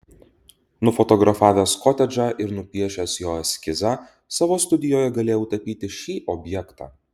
nufotografavęs kotedžą ir nupiešęs jo eskizą savo studijoje galėjau tapyti šį objektą